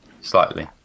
slightly